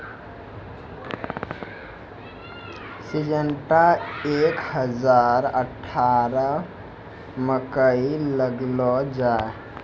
Syngenta एक हजार अठारह मकई लगैलो जाय?